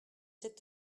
sept